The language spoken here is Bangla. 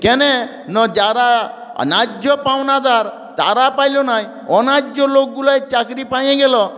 কেন না যারা ন্যায্য পাওনাদার তারা পাইল না অন্যায্য লোকগুলোয় চাকরি পেয়ে গেল